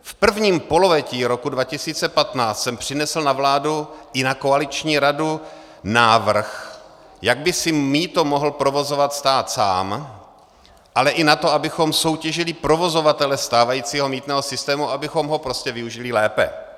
V prvním pololetí roku 2015 jsem přinesl na vládu i na koaliční radu návrh, jak by si mýto mohl provozovat stát sám, ale i na to, abychom soutěžili provozovatele stávajícího mýtného systému, abychom ho využili lépe.